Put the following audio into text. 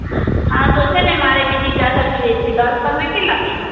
હા તો છે ને મારે બીજી કાતર જોઈએ છે કાતરના કેટલા પૈસા